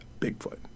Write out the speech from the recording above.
bigfoot